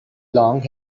long